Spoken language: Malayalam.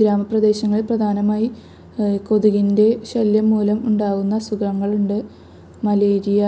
ഗ്രാമപ്രദേശങ്ങളില് പ്രധാനമായി കൊതുകിന്റെ ശല്യം മൂലം ഉണ്ടാവുന്ന അസുഖങ്ങളുണ്ട് മലേരിയ